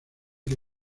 que